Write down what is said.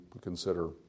consider